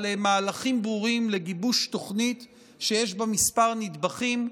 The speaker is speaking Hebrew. מהלכים ברורים לגיבוש תוכנית שיש בה כמה נדבכים: